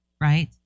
right